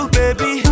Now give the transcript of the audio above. baby